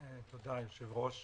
תודה, היושב-ראש.